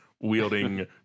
wielding